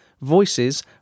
voices